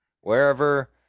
wherever